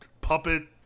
puppet